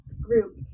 group